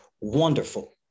wonderful